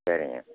சரிங்க